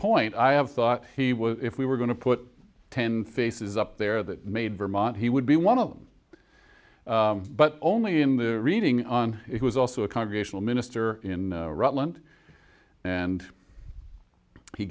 point i have thought he would if we were going to put ten faces up there that made vermont he would be one of them but only in the reading on it was also a congregational minister in rutland and he